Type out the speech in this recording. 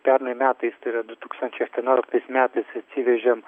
pernai metais tai yra du tūkstančiai aštuonioliktais metais atsivežėm